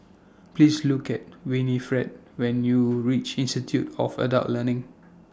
Please Look IT Winifred when YOU REACH Institute of Adult Learning